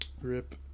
Rip